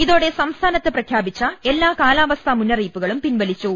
ഇതോടെ സംസ്ഥാനത്ത് പ്രഖ്യാപിച്ച എല്ലാ കാലാവസ്ഥാ മുന്നറിയി പ്പുകളും പിൻവലിച്ചു